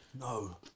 No